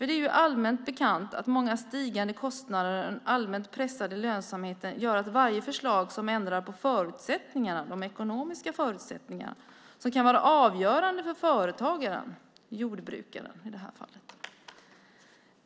Det är ju allmänt bekant att många stigande kostnader och den allmänt pressade lönsamheten gör att varje förslag som ändrar på de ekonomiska förutsättningarna kan vara avgörande för företagaren, jordbrukaren i det här fallet.